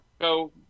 go